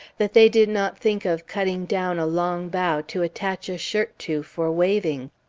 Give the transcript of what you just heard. that they did not think of cutting down a long bough to attach a shirt to for waving!